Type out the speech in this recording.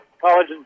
college